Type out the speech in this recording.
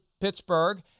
Pittsburgh